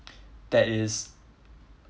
that is